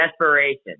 desperation